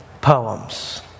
poems